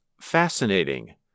fascinating